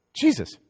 Jesus